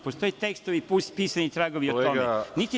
Postoje tekstovi i pisani tragovi o tome.